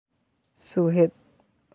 ᱥᱚᱦᱮᱫ